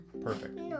Perfect